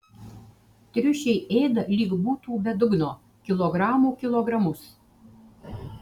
triušiai ėda lyg būtų be dugno kilogramų kilogramus